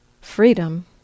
freedom